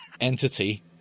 entity